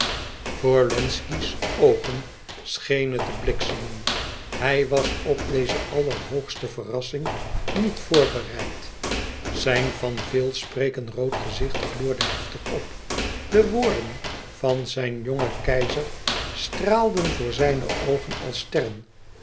voor wlenzci's oogen scheen het te bliksemen hij was op deze allerhoogste verrassing niet voorbereid zijn van veel spreken rood gezicht gloorde heftig op de woorden van zijn jongen keizer straalden voor zijne oogen als